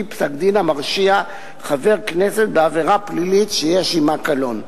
פסק-דין המרשיע חבר כנסת בעבירה פלילית שיש עמה קלון.